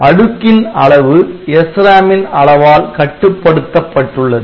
அடுக்கின் அளவு SRAM ன் அளவால் கட்டுப்படுத்தப்பட்டுள்ளது